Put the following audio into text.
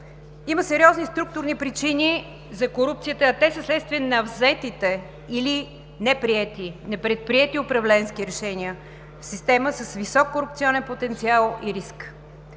Има сериозни структурни причини за корупцията, а те са следствие на взетите или непредприети управленски решения – система с висок корупционен потенциал и риск,